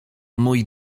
mój